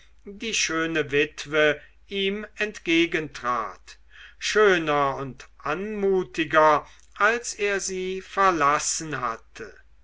die schöne witwe ihm entgegentrat schöner und anmutiger als er sie verlassen hatte